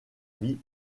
vie